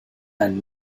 and